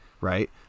right